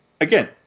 again